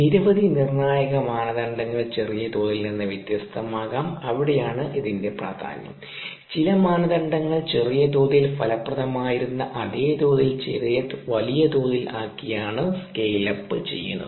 നിരവധി നിർണായക മാനദണ്ഡങ്ങൾ ചെറിയ തോതിൽ നിന്ന് വ്യത്യസ്തമാകാം അവിവിടെയാണ് അതിന്റെ പ്രാധാന്യം ചില മാനദണ്ഡങ്ങൾ ചെറിയ തോതിൽ ഫലപ്രദമായിരുന്ന അതേ തോതിൽ വലിയ തോതിൽ ആക്കിയാണ് സ്കെയിൽ അപ്പ് ചെയ്യുന്നത്